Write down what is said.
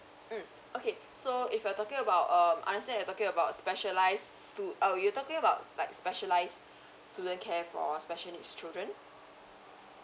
mm okay so if you're talking about um understand you're talking about specialised school oh you're talking about like specialised student care for special needs children